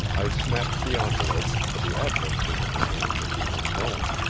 i snatched the envelope, for the address was in the hand of the unknown.